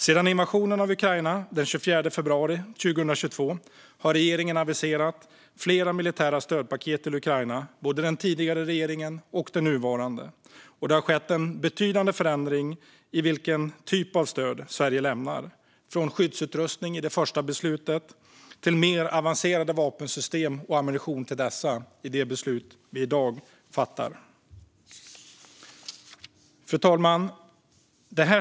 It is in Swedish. Sedan invasionen av Ukraina den 24 februari 2022 har regeringen, både den förra och den nuvarande, aviserat flera militära stödpaket till Ukraina. Det har skett en betydande förändring av vilken typ av stöd Sverige lämnar, från skyddsutrustning i det första beslutet till mer avancerade vapensystem och ammunition till dessa i det beslut vi fattar i dag. Fru talman!